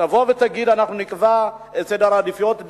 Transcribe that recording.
תבוא ותגיד: אנחנו נקבע את סדר העדיפויות,